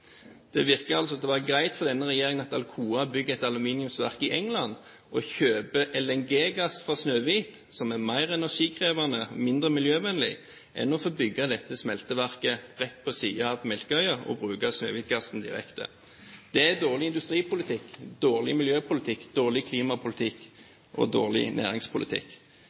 Det virker altså å være greit for denne regjeringen at Alcoa bygger et aluminiumsverk i England og kjøper LNG-gass fra Snøhvit, som er mer energikrevende, mindre miljøvennlig enn å få bygge dette smelteverket rett på siden av Melkøya og bruke Snøhvit-gassen direkte. Det er dårlig industripolitikk, dårlig miljøpolitikk, dårlig klimapolitikk og dårlig næringspolitikk.